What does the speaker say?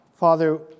Father